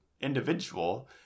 individual